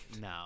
No